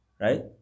right